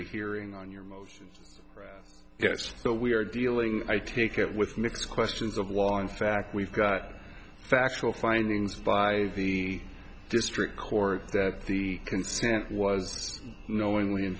hearing on your yes so we are dealing i take it with nick's questions of law in fact we've got factual findings by the district court that the consent was knowing